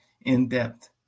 in-depth